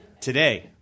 Today